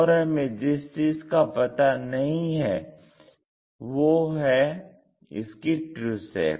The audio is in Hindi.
और हमें जिस चीज का पता नहीं है वो है इसकी ट्रू शेप